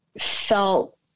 felt